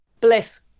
Bliss